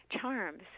charms